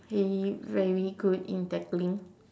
he very good in tackling